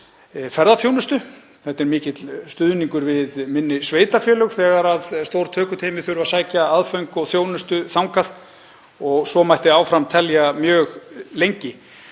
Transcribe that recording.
Það er mikill stuðningur við minni sveitarfélög þegar stór tökuteymi þurfa að sækja aðföng og þjónustu þangað og þannig mætti áfram telja og mjög lengi.